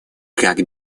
как